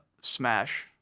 Smash